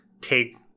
take